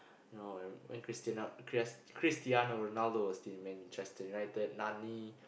you know when when Christina Christ Cristiano-Ronaldo is still in Manchester-United Nani